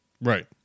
Right